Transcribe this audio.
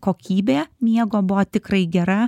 kokybė miego buvo tikrai gera